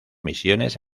misiones